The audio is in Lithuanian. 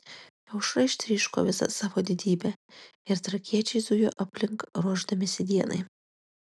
aušra ištryško visa savo didybe ir trakiečiai zujo aplink ruošdamiesi dienai